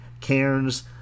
Cairns